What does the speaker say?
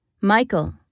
Michael